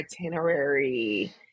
itinerary